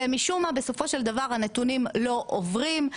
ומשום מה בסופו של דבר הנתונים לא עוברים,